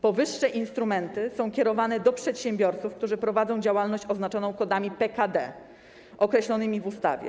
Powyższe instrumenty są kierowane do przedsiębiorców, którzy prowadzą działalność oznaczoną kodami PKD, określonymi w ustawie.